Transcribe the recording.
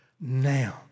now